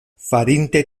farinte